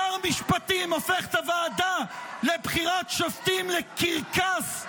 שר המשפטים הופך את הוועדה לבחירת שופטים לקרקס,